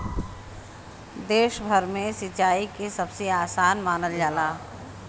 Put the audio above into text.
देश भर में सिंचाई के सबसे आसान मानल जाला